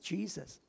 Jesus